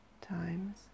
times